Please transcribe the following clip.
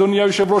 אדוני היושב-ראש,